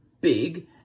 big